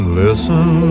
listen